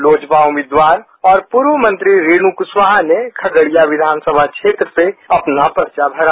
लोजपा उम्मीदवार और पूर्व मंत्री रेणु कुशवाहा ने खगड़िया विघानसभा क्षेत्र से अपना पर्चा भरा